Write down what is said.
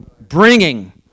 bringing